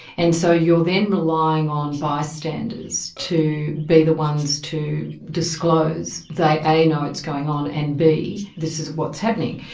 and so you're then relying on bystanders to be the ones to disclose they a know it's going on and b this is what's happening.